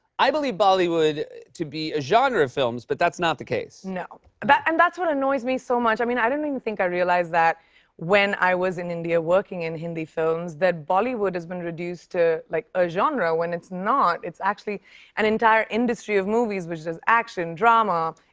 i believe bollywood to be a genre of films, but that's not the case. no, and and that's what annoys me so much. i mean, i don't even think i realized that when i was in india working in hindi films that bollywood has been reduced to like a genre, when it's not. it's actually an entire industry of movies which is action, drama.